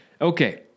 Okay